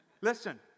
Listen